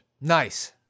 Nice